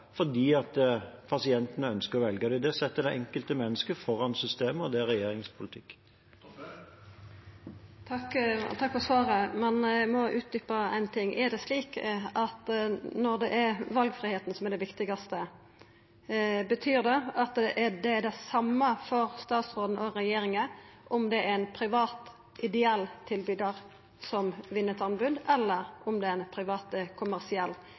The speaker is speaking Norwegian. ønsker å velge dem. Det setter det enkelte mennesket foran systemer, og det er regjeringens politikk. Takk for svaret. Eg må utdjupa ein ting. Når det er valfridomen som er det viktigaste, betyr det at det er det same for statsråden og regjeringa om det er ein privat ideell tilbydar som vinn eit anbod, eller om det er ein privat kommersiell?